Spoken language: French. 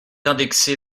indexé